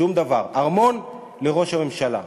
שום דבר, ארמון לראש הממשלה.